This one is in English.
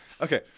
Okay